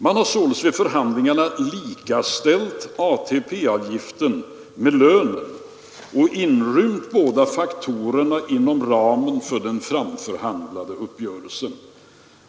Man har således vid förhandlingarna likaställt ATP-avgifterna med lönen och inrymt båda faktorerna inom ramen för den framförhandlade uppgörelsen.